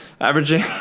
Averaging